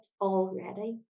already